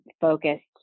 focused